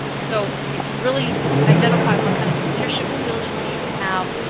so it can really identify what kind of new leadership skills you need to have.